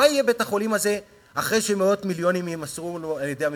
מה יהיה בית-החולים הזה אחרי שמאות מיליונים יימסרו לו על-ידי המדינה?